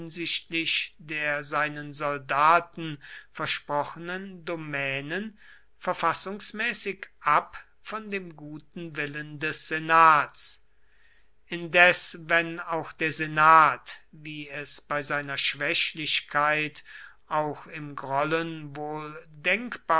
der seinen soldaten versprochenen domänen verfassungsmäßig ab von dem guten willen des senats indes wenn auch der senat wie es bei seiner schwächlichkeit auch im grollen wohl